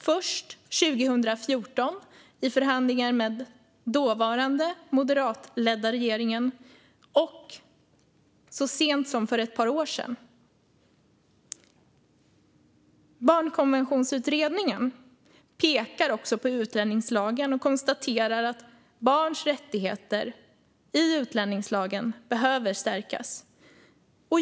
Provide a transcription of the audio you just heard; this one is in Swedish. Först gjorde vi det 2014 i förhandlingar med den dåvarande moderatledda regeringen och sedan så sent som för ett par år sedan. Barnkonventionsutredningen pekar också på utlänningslagen och konstaterar att barns rättigheter i denna lag behöver stärkas.